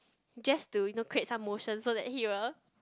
just to you know create some motion so that he will